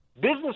Business